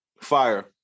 Fire